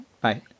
Bye